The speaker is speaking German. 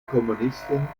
kommunisten